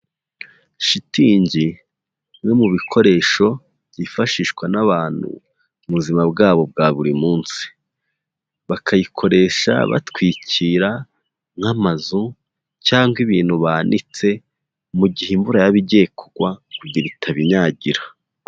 Shitingi, bimwe no mu bikoresho byifashishwa n'abantu mu buzima bwabo bwa buri munsi, bakayikoresha batwikira nk'amazu cyangwa ibintu banitse mu gihe imvura yaba igiye kugwa kugira itabinyagira.